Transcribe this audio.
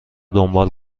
دنبال